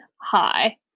hi